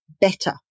better